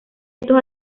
estos